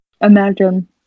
Imagine